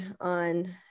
on